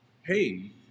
hey